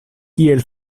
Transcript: kiel